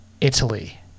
Italy